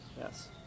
Yes